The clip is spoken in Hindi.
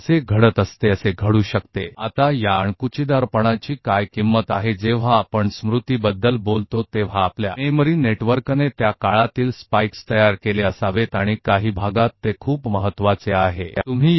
अब यह स्पाइक उनके पास क्या value है जब हम मेमोरी की बात करेंगे तो जब आपके मेमोरी नेटवर्क बना होगा उस समय के स्पाइक्स और कुछ क्षेत्रों बहुत महत्वपूर्ण है